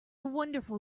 wonderful